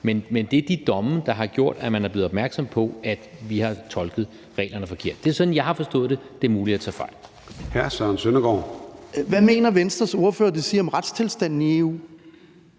Men det er de domme, der har gjort, at man er blevet opmærksom på, at vi har tolket reglerne forkert. Det er sådan, jeg har forstået det; det er muligt, jeg tager fejl. Kl. 16:17 Formanden (Søren Gade): Hr. Søren Søndergaard. Kl.